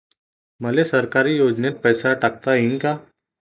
मले सरकारी योजतेन पैसा टाकता येईन काय?